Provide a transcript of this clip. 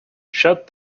shut